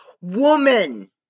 Woman